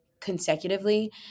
consecutively